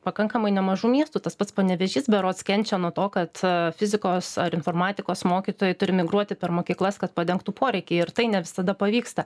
pakankamai nemažų miestų tas pats panevėžys berods kenčia nuo to kad fizikos ar informatikos mokytojai turi migruoti per mokyklas kad padengtų poreikį ir tai ne visada pavyksta